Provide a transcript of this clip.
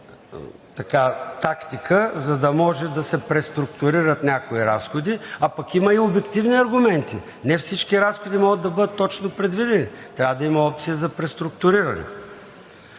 тактика, за да може да се преструктурират някои разходи, а пък има и обективни аргументи – не всички разходи могат да бъдат точно предвидени, трябва да има опция за преструктуриране.